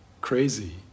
crazy